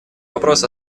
вопрос